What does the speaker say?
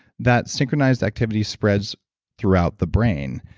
that synchronized activity spreads throughout the brain.